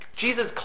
Jesus